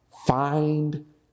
Find